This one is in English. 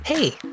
Hey